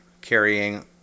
carrying